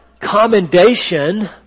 commendation